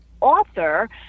author